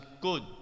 good